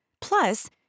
Plus